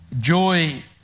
Joy